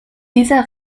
dieser